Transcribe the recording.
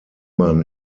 man